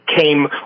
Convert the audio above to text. came